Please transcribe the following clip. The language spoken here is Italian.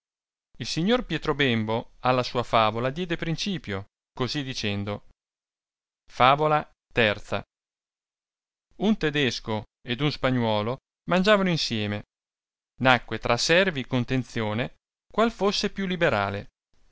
il signor pietro bembo alla sua favola diede principio cosi dicendo favola iii un tkdesco ed un spagnuolo mangiavano insieme nacque tra servi contenzione qual fosse più liberale